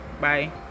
Bye